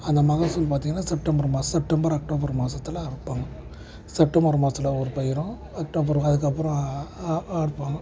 அந்த மகசூல் பார்த்தீங்கனா செப்டம்பர் மாதம் செப்டம்பர் அக்டோபர் மாதத்துல அறுப்பாங்க செப்டம்பர் மாதத்துல ஒரு பயிரும் அக்டோபர் அதுக்கப்புறம் அறுப்பாங்க